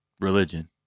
Religion